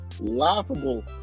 laughable